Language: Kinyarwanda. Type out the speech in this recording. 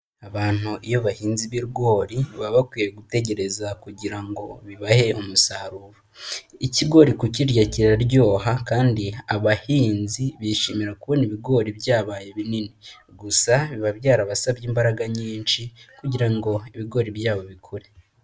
Abantu iyo bahinze ibigori baba bakwiye gutegereza kugira ngo bibahe umusaruro. Ikigori kukirya kiraryoha kandi abahinzi bishimira kubona ibigori byabaye binini gusa biba byarabasabye imbaraga nyinshi kugira ngo ibigori byabo bikure.